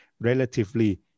relatively